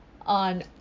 on